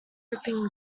rippling